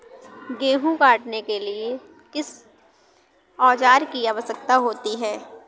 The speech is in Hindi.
गेहूँ काटने के लिए किस औजार की आवश्यकता होती है?